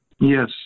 Yes